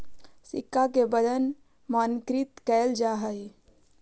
सिक्का के वजन मानकीकृत कैल जा हई